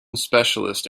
specialist